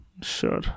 Sure